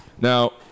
Now